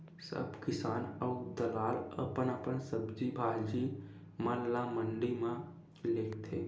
सब किसान अऊ दलाल अपन अपन सब्जी भाजी म ल मंडी म लेगथे